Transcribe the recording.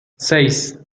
seis